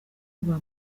rwa